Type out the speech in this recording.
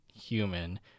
human